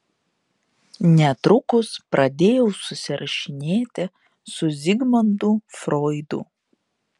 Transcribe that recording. netrukus pradėjau susirašinėti su zigmundu froidu